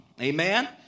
Amen